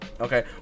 Okay